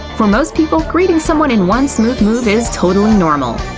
for most people, greeting someone in one smooth move is totally normal.